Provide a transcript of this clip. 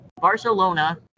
Barcelona